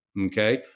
Okay